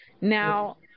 Now